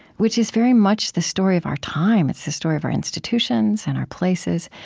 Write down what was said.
which is very much the story of our time. it's the story of our institutions and our places.